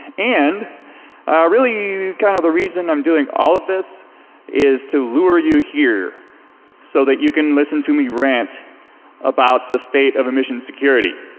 and really kind of the reason i'm doing all of this is to lure you here so that you can listen to me rant about the state of emissions security.